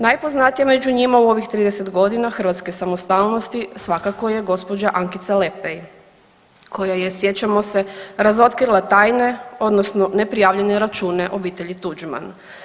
Najpoznatije među njima u ovih 30 godina hrvatske samostalnosti svakako je gospođa Ankica Lepej koja je sjećamo se razotkrila tajne odnosno neprijavljene račune obitelji Tuđman.